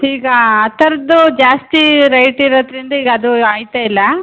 ಈಗ ಆ ಥರದ್ದು ಜಾಸ್ತಿ ರೇಟ್ ಇರೋದರಿಂದ ಈಗ ಅದು ಆಗ್ತಾ ಇಲ್ಲ